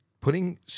putting